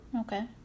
Okay